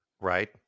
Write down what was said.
right